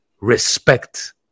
Respect